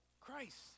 Christ